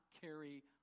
carry